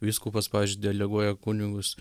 vyskupas pavyzdžiui deleguoja kunigus